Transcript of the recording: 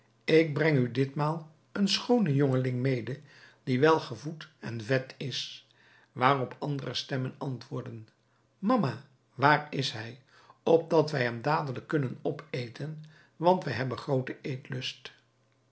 ik breng u ditmaal een schoonen jongeling mede die welgevoed en vet is waarop andere stemmen antwoordden mama waar is hij opdat wij hem dadelijk kunnen opeten want wij hebben grooten